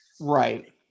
right